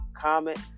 comment